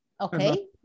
okay